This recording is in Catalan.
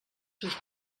seus